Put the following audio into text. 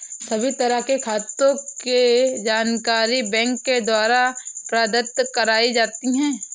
सभी तरह के खातों के जानकारी बैंक के द्वारा प्रदत्त कराई जाती है